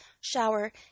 shower